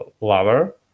lover